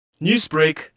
Newsbreak